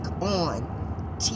on